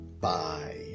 Bye